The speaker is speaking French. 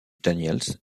daniels